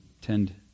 tend